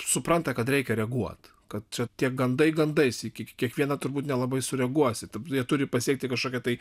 supranta kad reikia reaguot kad čia tie gandai gandais į kiekvieną turbūt nelabai sureaguosi turi pasiekti kažkokią tai